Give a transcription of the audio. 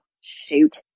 shoot